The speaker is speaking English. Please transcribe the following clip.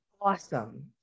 Awesome